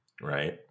Right